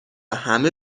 همه